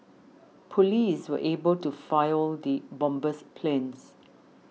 police were able to foil the bomber's plans